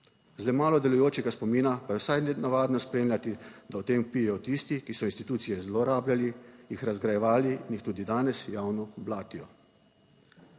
z le malo delujočega spomina pa je vsaj nenavadno spremljati, da o tem vpijejo tisti, ki so institucije zlorabljali, jih razgrajevali in jih tudi danes javno blatijo.